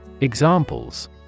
Examples